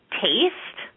taste